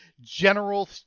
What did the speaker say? general